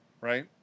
right